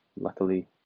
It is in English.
luckily